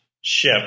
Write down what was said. ship